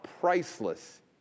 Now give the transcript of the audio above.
priceless